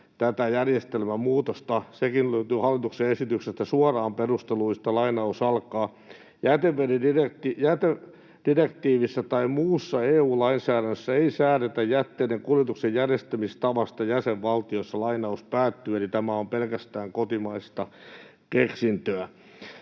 tätä järjestelmämuutosta. Sekin löytyy hallituksen esityksestä suoraan perusteluista: ”Jätedirektiivissä tai muussa EU:n lainsäädännössä ei säädetä jätteiden kuljetuksen järjestämistavasta jäsenvaltioissa.” Eli tämä on pelkästään kotimaista keksintöä.